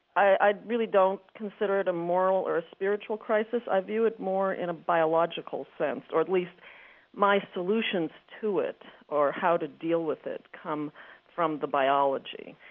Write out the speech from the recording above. i really don't consider it a moral or a spiritual crisis. i view it more in a biological sense or at least my solutions to it or how to deal with it come from the biology.